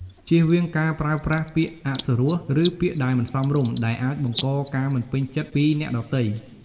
ជៀសវាងការប្រើប្រាស់ពាក្យអសុរោះ ឬពាក្យដែលមិនសមរម្យ ដែលអាចបង្កការមិនពេញចិត្តពីអ្នកដទៃ។